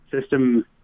system